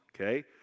Okay